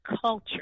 culture